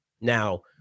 Now